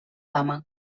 dama